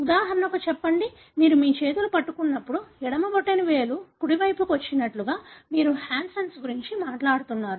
ఉదాహరణకు చెప్పండి మీరు మీ చేతులు పట్టుకున్నప్పు డు ఎడమ బొటనవేలు కుడి వైపుకు వచ్చినట్లుగా మీరు హ్యాండ్నెస్ గురించి మాట్లాడుతున్నారు